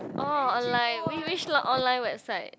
orh online which which online website